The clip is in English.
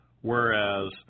whereas